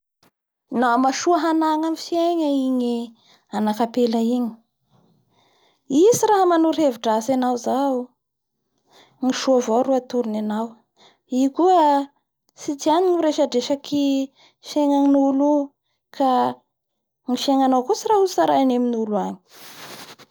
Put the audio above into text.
Da nama soa tagnamiko hanao hatramizay ka noho izay da misy fiara miasa tiako hataontsika, a tsika hanaga orinasa raiky da atsika roa ro mpiaramombonantoky anatiny ao.